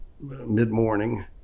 mid-morning